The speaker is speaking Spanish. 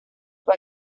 fue